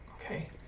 Okay